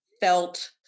felt